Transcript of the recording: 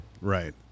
Right